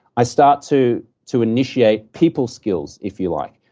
i start to to initiate people skills, if you like.